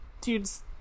Dude's